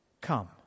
Come